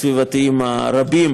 סעיף זה מבטל את סעיף 14טו(ג)